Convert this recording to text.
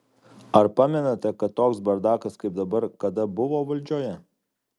ar pamenate kad toks bardakas kaip dabar kada buvo valdžioje